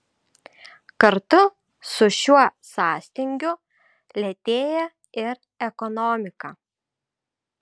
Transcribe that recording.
kartu su šiuo sąstingiu lėtėja ir ekonomika